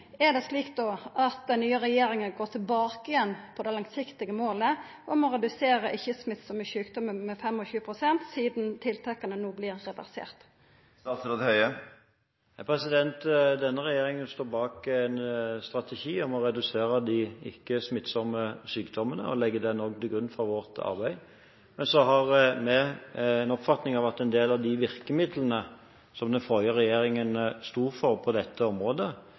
det då slik at den nye regjeringa går tilbake igjen på det langsiktige målet om å redusera ikkje-smittsame sjukdommar med 25 pst., sidan tiltaka no vert reverserte? Denne regjeringen står bak en strategi om å redusere de ikke-smittsomme sykdommene og legger den også til grunn for vårt arbeid. Men vi har en oppfatning av at en del av de virkemidlene som den forrige regjeringen sto for på dette området,